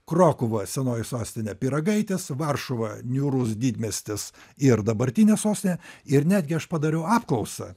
krokuva senoji sostinė pyragaitis varšuva niūrus didmiestis ir dabartinė sostinė ir netgi aš padariau apklausą